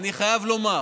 אני חייב לומר